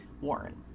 Warren